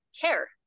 care